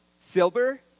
silver